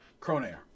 Cronair